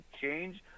change